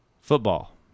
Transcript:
Football